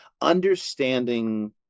understanding